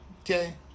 Okay